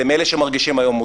אלא מאלה שמרגישים מותקפים.